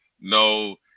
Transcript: No